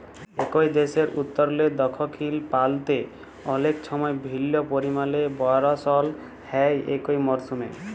একই দ্যাশের উত্তরলে দখ্খিল পাল্তে অলেক সময় ভিল্ল্য পরিমালে বরসল হ্যয় একই মরসুমে